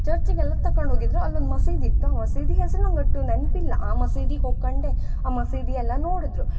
ಚರ್ಚಿಗೆಲ್ಲ ತಕಂಡು ಹೋಗಿದ್ದರು ಅಲ್ಲೊಂದು ಮಸೀದಿ ಇತ್ತು ಆ ಮಸೀದಿ ಹೆಸ್ರು ನಂಗೆ ಅಷ್ಟು ನೆನಪಿಲ್ಲ ಆ ಮಸೀದಿ ಹೋಕಂಡೆ ಆ ಮಸೀದಿ ಎಲ್ಲ ನೋಡಿದ್ರು